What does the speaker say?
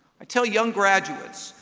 i tell young graduates,